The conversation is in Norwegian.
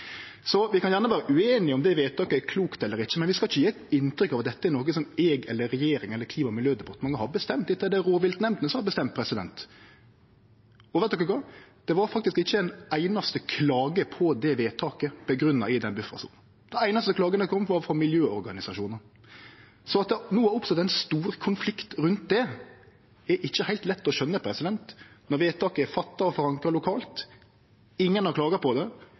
Vi kan gjerne vere ueinige om det vedtaket er klokt eller ikkje, men vi skal ikkje gje inntrykk av at dette er noko som eg eller regjeringa eller Klima- og miljødepartementet har bestemt. Dette er det rovviltnemndene som har bestemt. Og det var faktisk ikkje ein einaste klage på det vedtaket som var grunngjeve i den buffersona. Den einaste klagen som kom, var frå miljøorganisasjonane. Så at det no har oppstått ein stor konflikt rundt det, er ikkje heilt lett å skjøne – når vedtaket er gjort og forankra lokalt og ingen har klaga på det.